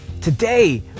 today